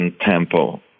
tempo